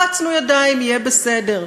לחצנו ידיים, יהיה בסדר.